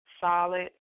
solid